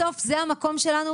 בסוף זה המקום שלנו.